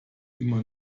immer